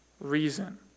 reason